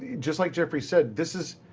just like jeffrey said, this is.